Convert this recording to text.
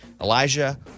Elijah